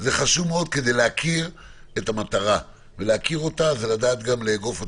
זה חשוב מאוד כדי להכיר את המטרה ולדעת לאגוף אותה.